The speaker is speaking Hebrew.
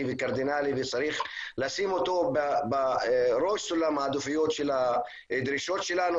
וקרדינלי וצריך לשים אותו בראש סולם העדיפויות של הדרישות שלנו.